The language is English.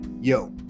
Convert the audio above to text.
Yo